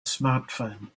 smartphone